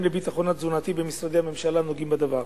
לביטחון התזונתי במשרדי הממשלה הנוגעים בדבר,